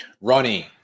Ronnie